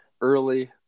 early